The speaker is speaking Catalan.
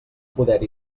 poder